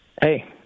hey